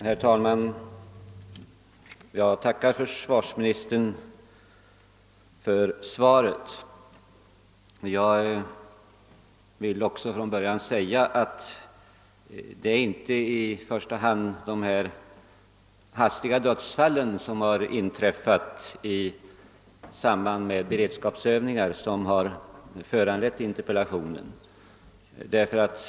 Herr talman! Jag tackar försvarsministern för svaret. Jag vill redan från början förklara att det inte i första hand är de hastiga dödsfall som har inträffat i samband med repetitionsövningar som har föranlett interpellationen.